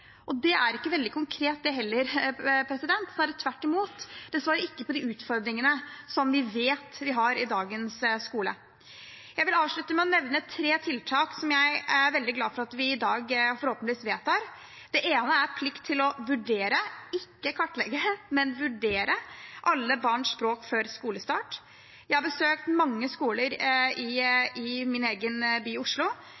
Det er ikke veldig konkret det heller, snarere tvert imot. Det svarer ikke på de utfordringene som vi vet vi har i dagens skole. Jeg vil avslutte med å nevne et par tiltak som jeg er veldig glad for at vi i dag forhåpentligvis vedtar. Det ene er plikt til å vurdere – ikke kartlegge, men vurdere – alle barns språk før skolestart. Jeg har besøkt mange skoler i